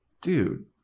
dude